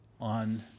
on